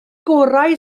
gorau